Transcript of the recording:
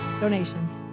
donations